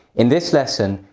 in this lesson,